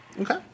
Okay